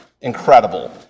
incredible